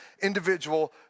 individual